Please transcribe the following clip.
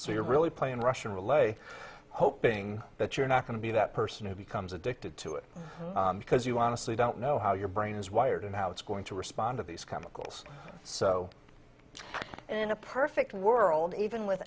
so you're really playing russian roulette hoping that you're not going to be that person who becomes addicted to it because you honestly don't know how your brain is wired and how it's going to respond to these chemicals so in a perfect world even with